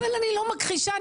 אני לא מכחישה,